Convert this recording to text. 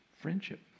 Friendship